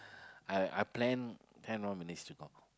I I plan ten more minutes to talk